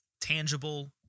tangible